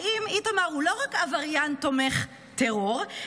האם איתמר הוא לא רק עבריין תומך טרור,